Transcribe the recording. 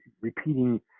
repeating